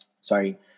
sorry